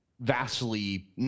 vastly